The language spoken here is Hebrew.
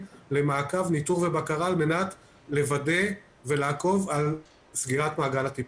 למעקב ניטור ובקרה על מנת לוודא ולעקוב על סגירת מעגל הטיפול.